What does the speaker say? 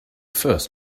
first